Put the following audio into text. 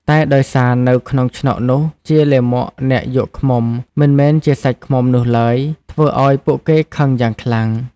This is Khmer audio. តែដោយសារនៅក្នងឆ្នុកនោះជាលាមកអ្នកយកឃ្មុំ មិនមែនជាសាច់ឃ្មុំនោះឡើយ ធ្វើឲ្យពួកគេខឹងយ៉ាងខ្លាំង។